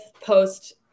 post